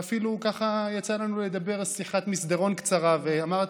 שאפילו יצא לנו לדבר בשיחת מסדרון קצרה ואמרת: